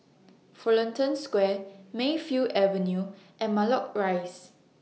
Fullerton Square Mayfield Avenue and Matlock Rise